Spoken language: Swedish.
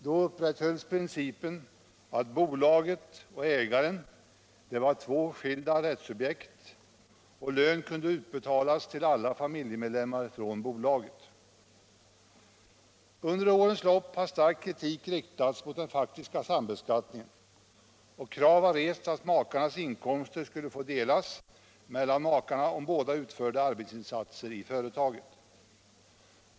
Då upprätthölls principen att bolaget och ägaren var två skilda rättssubjekt, och lön kunde utbetalas till alla familjemedlemmar från bolaget. Under årens lopp har stark kritik riktats mot den faktiska sambeskattningen, och krav har rests att makarnas inkomster skulle få delas mellan makarna om båda utförde arbetsinsatser i företaget.